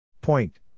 Point